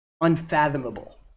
unfathomable